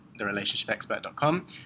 therelationshipexpert.com